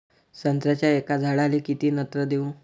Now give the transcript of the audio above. संत्र्याच्या एका झाडाले किती नत्र देऊ?